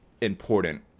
important